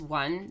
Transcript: one